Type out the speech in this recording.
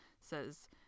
says